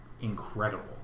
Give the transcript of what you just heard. incredible